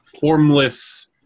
formless